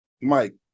mike